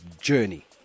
journey